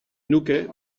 nuke